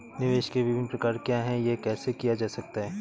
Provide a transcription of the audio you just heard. निवेश के विभिन्न प्रकार क्या हैं यह कैसे किया जा सकता है?